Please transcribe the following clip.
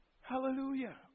Hallelujah